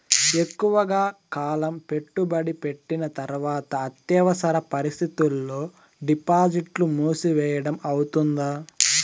ఎక్కువగా కాలం పెట్టుబడి పెట్టిన తర్వాత అత్యవసర పరిస్థితుల్లో డిపాజిట్లు మూసివేయడం అవుతుందా?